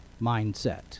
mindset